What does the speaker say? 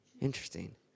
Interesting